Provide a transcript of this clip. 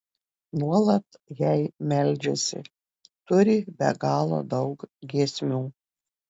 nuolat jai meldžiasi turi be galo daug giesmių